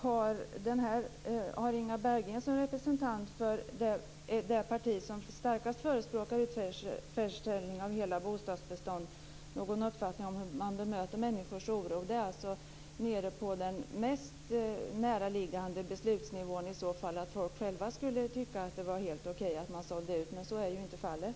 Har Inga Berggren som representant för det parti som starkast förespråkar utförsäljning av hela bostadsbestånd någon uppfattning om hur man bemöter människors oro? Då är man ju nere på den mest närliggande beslutsnivån. Men att folk skulle tycka att det var helt okej att sälja ut är ju inte fallet.